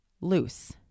loose